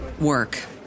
work